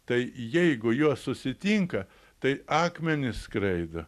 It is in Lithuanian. tai jeigu jos susitinka tai akmenys skraido